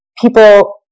People